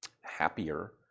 happier